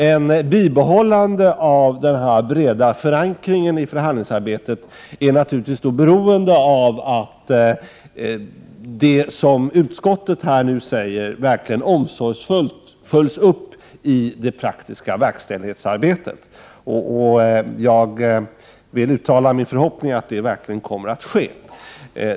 Ett bibehållande av den breda förankring som finns kring förhandlingsarbetet är beroende av att det som utskottet nu uttalar omsorgsfullt följs upp i praktiken verkställighetsarbetet. Jag vill uttala min förhoppning att detta verkligen kommer att ske.